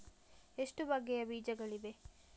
ಎಷ್ಟು ಬಗೆಯ ಬೀಜಗಳಿವೆ?